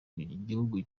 bihugu